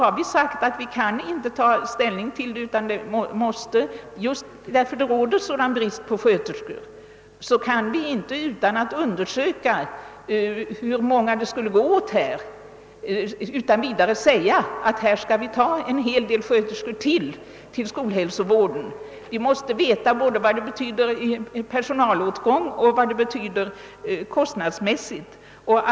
Men vi har sagt, att vi inte kan ta ställning utan att undersöka hur många sjuksköterskor det skulle gå åt i detta fall, eftersom det råder en sådan brist på dem. Vi kan inte utan vidare säga att vi skall ta ytterligare en hel del sjuksköterskor till skolhälsovården. Vi måste veta både vad det betyder i personalåtgång och kostnadsmässigt.